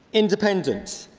independence.